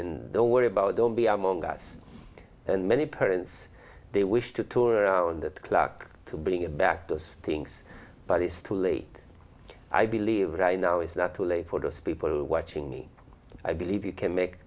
and don't worry about don't be among us and many parents they wish to tour around the clock to bring it back those things but it's too late i believe right now is not too late for those people watching i believe you can make